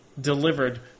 delivered